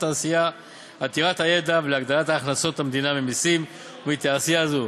התעשייה עתירת הידע ולהגדלת הכנסות המדינה ממסים מתעשייה זו.